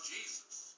Jesus